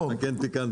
אתה כן תיקנת.